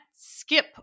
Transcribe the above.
skip